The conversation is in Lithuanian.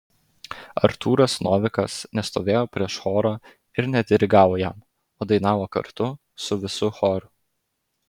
artūras novikas nestovėjo prieš chorą ir nedirigavo jam o dainavo kartu su visu choru